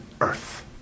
Earth